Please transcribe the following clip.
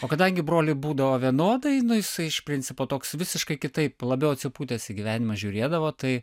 o kadangi broliui būdavo vienodai nu jisai iš principo toks visiškai kitaip labiau atsipūtęs į gyvenimą žiūrėdavo tai